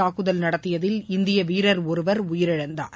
தாக்குதல் நடத்தியதில் இந்திய வீரர் ஒருவர் உயிரிழந்தார்